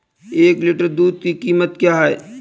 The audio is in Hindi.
एक लीटर दूध की कीमत क्या है?